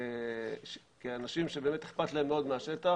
כאנשים שאכפת להם מאוד מהשטח,